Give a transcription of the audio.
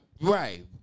right